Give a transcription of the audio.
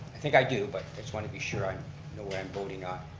i think i do but just want to be sure i know what i'm voting on.